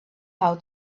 how